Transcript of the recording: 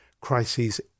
crises